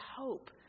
hope